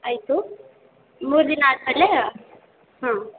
ಆಯಿತು ಮೂರು ದಿನ ಆದ್ಮೇಲೇ ಹಾಂ